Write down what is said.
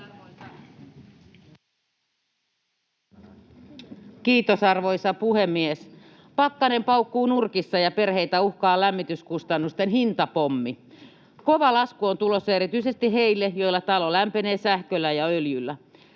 Kiitos, arvoisa puhemies! Pakkanen paukkuu nurkissa, ja perheitä uhkaa lämmityskustannusten hintapommi. Kova lasku on tulossa erityisesti heille, joilla talo lämpenee sähköllä ja öljyllä.